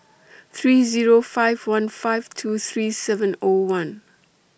three Zero five one five two three seven O one